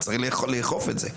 צריך לאכוף את זה.